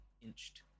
inched